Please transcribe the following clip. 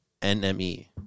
NME